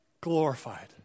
glorified